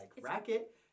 Racket